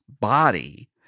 body